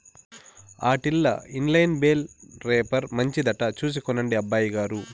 ఆటిల్ల inline bale wrapper మంచిదట చూసి కొనండి అబ్బయిగారు